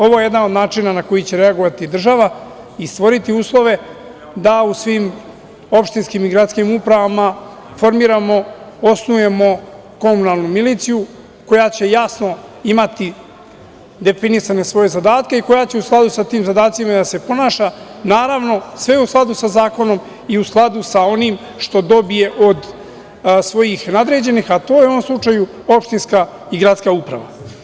Ovo je jedan od načina na koji će reagovati država i stvoriti uslove da u svim opštinskim i gradskim upravama formiramo, osnujemo komunalnu miliciju koja će jasno imati definisane svoje zadatke i koja će u skladu sa tim zadacima i da se ponaša, naravno sve u skladu sa zakonom i u skladu sa onim što dobije od svojih nadređenih, a to je u ovom slučaju opštinska i gradska uprava.